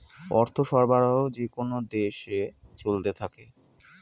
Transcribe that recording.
অর্থ সরবরাহ যেকোন দেশে চলতে থাকে